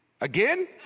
again